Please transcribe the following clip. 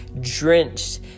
drenched